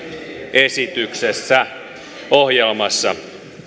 esityksessä ohjelmassa